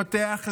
לפתח,